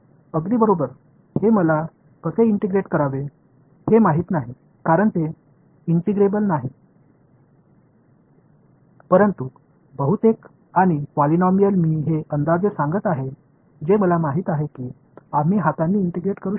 अगदी बरोबर हे मला कसे इंटिग्रेट करावे हे माहित नाही कारण ते इंटिग्रेबल नाही आहे परंतु बहुतेक आणि पॉलिनॉमियल मी हे अंदाजे सांगत आहे जे मला माहित आहे की आम्ही हातांनी इंटिग्रेट करू शकतो